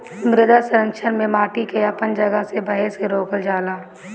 मृदा संरक्षण में माटी के अपन जगह से बहे से रोकल जाला